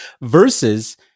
versus